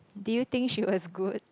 did you think she was good